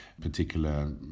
particular